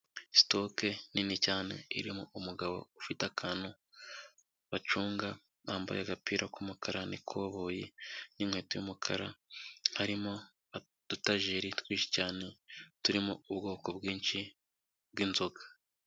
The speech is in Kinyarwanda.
Sitoke nini cyane irimo umugabo ufite akantu bacunga yambaye agapira k'umukara n'ikoboyi n'inkweto y'umukara hari mu dutajeri twinshi cyane turimo ubwoko bwinshi bw'inzoga.